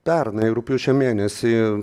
pernai rugpjūčio mėnesį